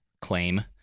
claim